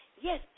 Yes